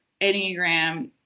Enneagram